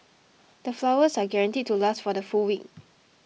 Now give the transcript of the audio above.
the flowers are guaranteed to last for the full week